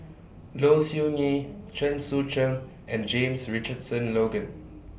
Low Siew Nghee Chen Sucheng and James Richardson Logan